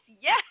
yes